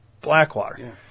Blackwater